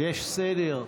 יש סדר.